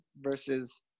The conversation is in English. versus